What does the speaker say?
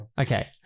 okay